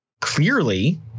clearly